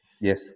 Yes